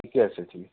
ঠিকে আছে